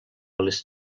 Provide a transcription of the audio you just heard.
les